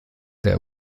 der